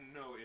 no